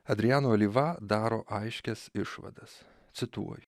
adriano olyva daro aiškias išvadas cituoju